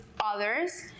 others